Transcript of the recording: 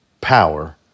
power